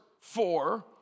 four